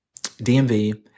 DMV